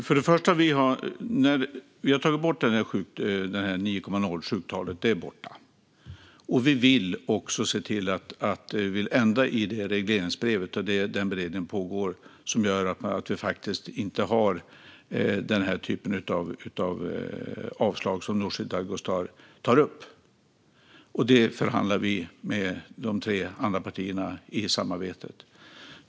Fru talman! Vi har tagit bort sjukpenningtalet på 9,0. Beredning pågår också för att ändra i regleringsbrevet så att det inte blir den typ av avslag som Nooshi Dadgostar tar upp. Detta förhandlar vi om med de tre andra partierna i samarbetet.